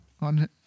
on